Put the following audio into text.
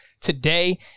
today